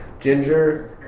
ginger